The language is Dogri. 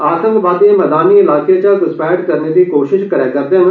आतंकवादी मैदानी इलाके चा घुसपैठ करने दी कोशश करा रदे न